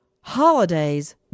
holidays